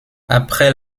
après